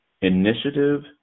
initiative